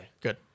good